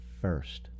first